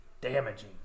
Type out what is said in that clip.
damaging